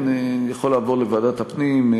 כן, זה יכול לעבור לוועדת הפנים.